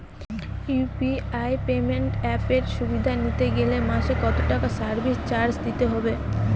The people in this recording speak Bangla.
ইউ.পি.আই পেমেন্ট অ্যাপের সুবিধা নিতে গেলে মাসে কত টাকা সার্ভিস চার্জ দিতে হবে?